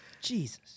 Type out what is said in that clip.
jesus